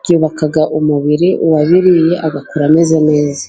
byubaka umubiri, uwabiririye agakura ameze neza.